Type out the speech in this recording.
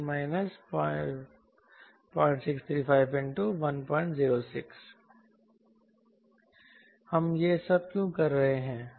WfW01 0635106 हम ये सब क्यों कर रहे हैं